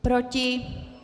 Proti?